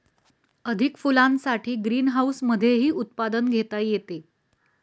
अधिक फुलांसाठी ग्रीनहाऊसमधेही उत्पादन घेता येते